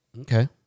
Okay